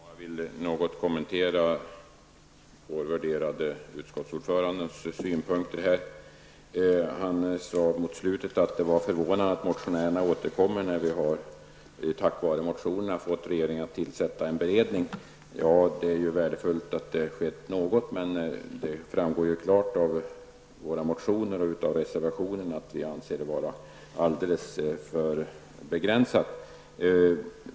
Herr talman! Jag vill något kommentera vår värderade utskottsordförandes synpunkter. Han sade mot slutet av sitt anförande att det var förvånande att motionärerna återkommer när man tack vare motionärerna har fått regeringen att tillsätta en beredning. Det är naturligtvis värdefullt att det har skett något, men det framgår klart av våra motioner och av reservationen att vi anser detta vara alldeles för begränsat.